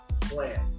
plan